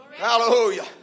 Hallelujah